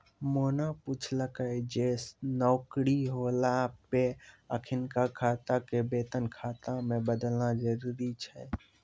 मोना पुछलकै जे नौकरी होला पे अखिनका खाता के वेतन खाता मे बदलना जरुरी छै?